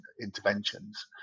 interventions